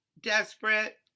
desperate